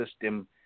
system